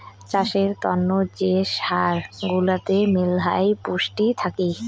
চাষের তন্ন যে সার গুলাতে মেলহাই পুষ্টি থাকি